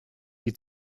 die